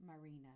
Marina